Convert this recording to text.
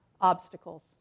obstacles